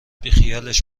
بیخیالش